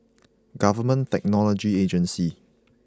Government Technology Agency